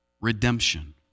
Redemption